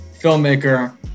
filmmaker